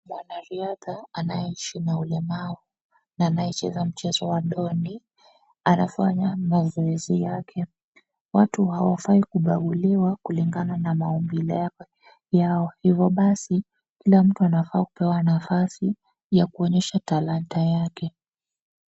Mwanaridhaa anayeishi na ulemavu na anaishi na mchezo wa dondi anafanya mazoezi yake. Watu hawafai kubanguliwa kulingana na maumbile yao. Hivo basi ,kila mtu anafaa kupewa nafasi ya kuonyesha talanta yake.